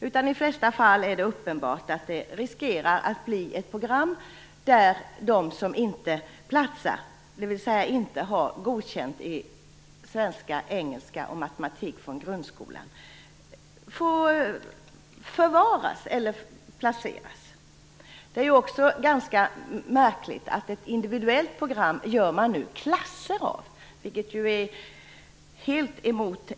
I de flesta fall är det uppenbart att det riskerar att bli ett program där de som inte platsar, dvs. inte har godkänt i svenska, engelska och matematik från grundskolan, kan placeras. Det är också ganska märkligt att man nu gör klasser av ett individuellt program.